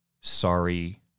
sorry